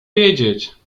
wiedzieć